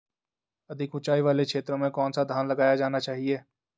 अधिक उँचाई वाले क्षेत्रों में कौन सा धान लगाया जाना चाहिए?